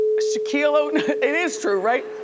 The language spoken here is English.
shaquille o'neal, it is true, right?